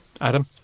Adam